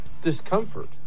discomfort